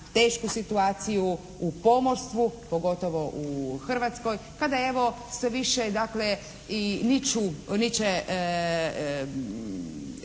tešku situaciju u pomorstvu, pogotovo u Hrvatskoj kada evo sve više dakle i niču